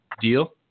deal